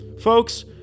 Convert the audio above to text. Folks